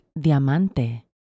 Diamante